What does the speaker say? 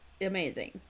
amazing